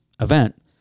event